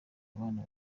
abana